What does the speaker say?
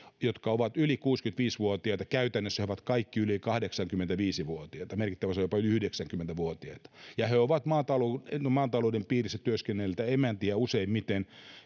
jotka ovat yli kuusikymmentäviisi vuotiaita käytännössä he ovat kaikki yli kahdeksankymmentäviisi vuotiaita merkittävä osa jopa yli yhdeksänkymmentä vuotiaita ja he ovat maatalouden piirissä työskennelleitä emäntiä useimmiten